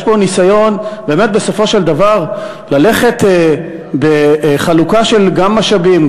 יש פה ניסיון באמת בסופו של דבר ללכת בחלוקה של גם משאבים,